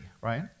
right